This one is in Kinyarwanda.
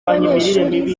abanyeshuri